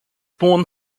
born